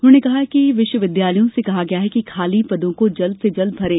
उन्होंने कहा कि विश्वविद्यालयों से कहा गया है कि खाली पदों को जल्द से जल्द भरें